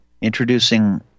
introducing